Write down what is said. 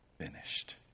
finished